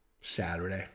Saturday